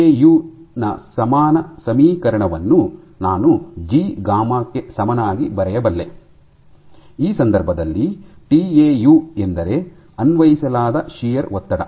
ಟಿಎಯು ನ ಸಮಾನ ಸಮೀಕರಣವನ್ನು ನಾನು ಜಿ ಗಾಮಾ ಕ್ಕೆ ಸಮನಾಗಿ ಬರೆಯಬಲ್ಲೆ ಈ ಸಂದರ್ಭದಲ್ಲಿ ಟಿಎಯು ಎಂದರೆ ಅನ್ವಯಿಸಲಾದ ಶಿಯರ್ ಒತ್ತಡ